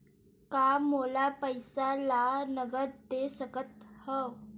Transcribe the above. का मोला पईसा ला नगद दे सकत हव?